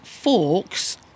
forks